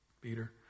Peter